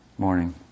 Morning